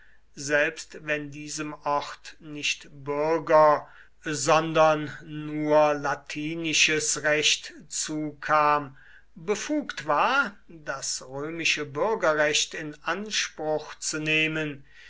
selbst wenn diesem ort nicht bürger sondern nur latinisches recht zukam befugt war das römische bürgerrecht in anspruch zu nehmen